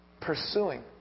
pursuing